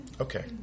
Okay